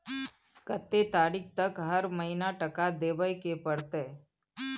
कत्ते तारीख तक हर महीना टका देबै के परतै?